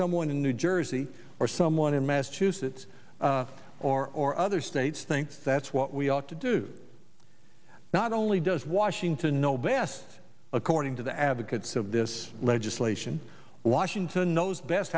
someone in new jersey or someone in massachusetts or other states thinks that's what we ought to do not only does washington know best according to the advocates of this legislation washington knows best